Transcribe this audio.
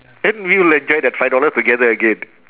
then we will enjoy that five dollar together again